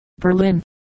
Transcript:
Berlin